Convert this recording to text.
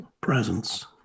presence